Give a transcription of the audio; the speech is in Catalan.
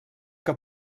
que